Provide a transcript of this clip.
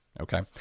Okay